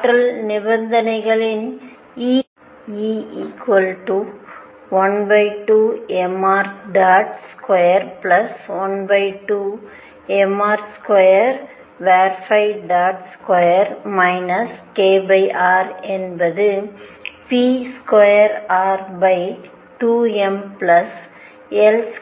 ஆற்றல் நிபந்தனைகளில் E 12mr212mr22 krஎன்பது